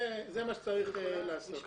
זה מה שצריך לעשות.